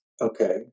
okay